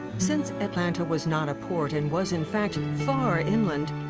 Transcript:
since atlanta was not a port and was, in fact, far inland,